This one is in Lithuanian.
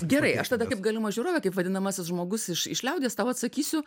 gerai aš tada kaip galima žiūrovė kaip vadinamasis žmogus iš liaudies tau atsakysiu